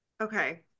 Okay